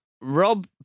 Rob